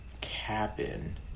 cabin